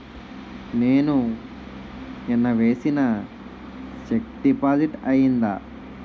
నేను నిన్న వేసిన చెక్ డిపాజిట్ అయిందా?